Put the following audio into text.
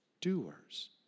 Doers